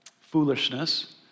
foolishness